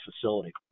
facility